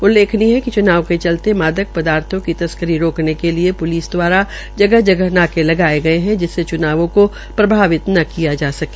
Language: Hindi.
उल्लेखनीय है चूनाव के चलते मादक पदार्थो की तस्करी रोकने के लिये प्लिस द्वारा जगह जगह नाके लगाये गये हैजिसमें च्नावों को प्रभावित न किया जा सके